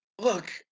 Look